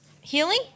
healing